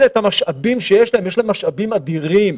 את המשאבים שיש ויש להן משאבים אדירים.